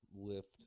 Lift